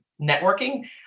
networking